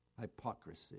hypocrisy